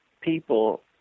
people